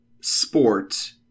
sport